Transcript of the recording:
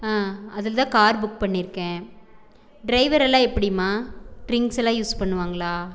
ஆ அதில்தான் car book பண்ணியிருக்கேன் driver எல்லாம் எப்படிம்மா டிரிங்ஸ் எல்லாம் யூஸ் பண்ணுவாங்களா